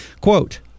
quote